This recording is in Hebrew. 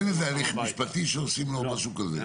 אין איזה הליך משפטי שעושים לו או משהו כזה?